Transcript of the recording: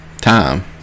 time